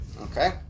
Okay